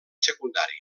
secundari